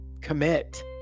commit